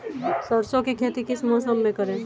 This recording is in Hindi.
सरसों की खेती किस मौसम में करें?